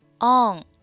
on